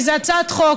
כי זו הצעת חוק,